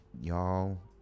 Y'all